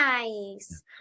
Nice